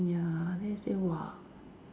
ya then I say !wah!